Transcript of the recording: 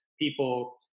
people